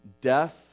Death